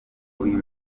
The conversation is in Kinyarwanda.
uyu